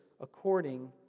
according